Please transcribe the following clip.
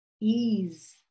ease